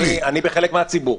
אני חלק מהציבור.